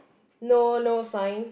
no no sign